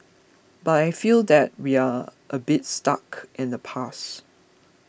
but I feel that we are a bit stuck in the past